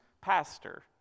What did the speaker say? pastor